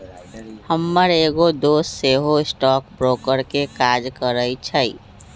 हमर एगो दोस सेहो स्टॉक ब्रोकर के काज करइ छइ